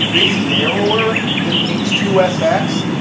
it's narrower than the h two sx.